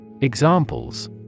Examples